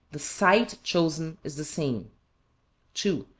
the site chosen is the same two,